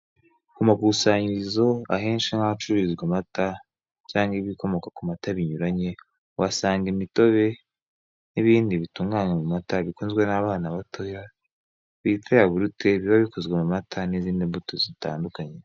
Ku makusanyirizo ahenshi nk'ahacururizwa amata, cyangwa ibikomoka ku mata binyuranye, uhasanga imitobe n'ibindi bitunganywa mu mata bikunzwe n'abana batoya, bita yawurute biba bikozwe mu mata n'izindi mbuto zitandukanye.